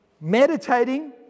meditating